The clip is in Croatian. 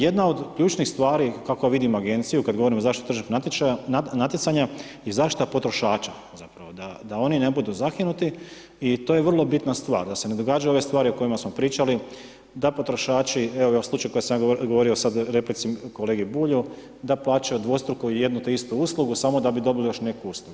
Jedna od ključnih stvari, kako vidim agenciju, kada govorim o zaštitu tržišnih natjecanja i zaštita potrošača, zapravo da oni ne budu zakinuti i to je vrla bitna stvar, da se ne događaju ove stvari o kojima smo pričali da potrošači, evo ovi slučajevi koje sam ja govorio u replici kolegi Bulju, da plaćaju dvostruku jednu te istu uslugu samo da bi dobili još neku uslugu.